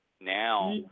Now